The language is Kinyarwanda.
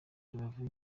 rubavu